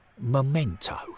memento